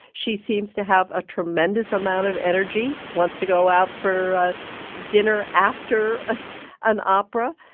she seems to have a tremendous amount of energy, wants to go out for dinner after an opera.